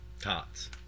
Tots